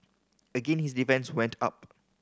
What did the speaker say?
again his defence went up